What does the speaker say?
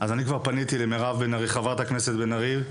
אני כבר פניתי לחברת הכנסת מירב בן ארי,